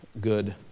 good